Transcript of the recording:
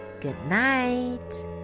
Goodnight